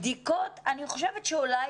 לגבי הבדיקות - אני חושבת שגם כן, ואולי,